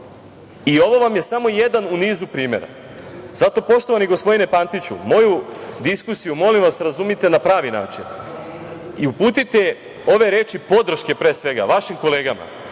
Ovo vam je samo jedan u nizu primera. Zato, poštovani gospodine Pantiću, moju diskusiju, molim vas razumite na pravi način i uputite ove reč podrške, pre svega, vašim kolegama